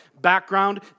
background